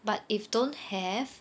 but if don't have